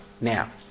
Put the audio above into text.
Now